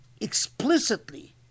explicitly